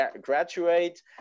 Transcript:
graduate